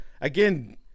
again